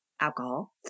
alcohol